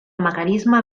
mecanisme